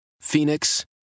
Phoenix